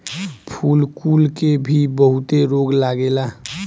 फूल कुल के भी बहुते रोग लागेला